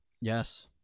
Yes